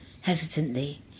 hesitantly